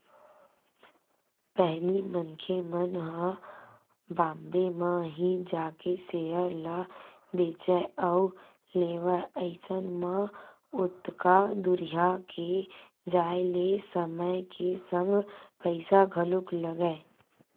पहिली मनखे मन ह बॉम्बे म ही जाके सेयर ल बेंचय अउ लेवय अइसन म ओतका दूरिहा के जाय ले समय के संग पइसा घलोक लगय